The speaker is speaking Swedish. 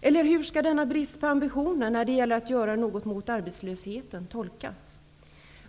Eller hur skall denna brist på ambition när det gäller att göra någonting mot arbetslösheten tolkas?